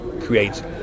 create